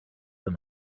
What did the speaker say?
them